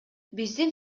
биздин